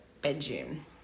bedroom